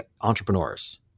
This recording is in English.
entrepreneurs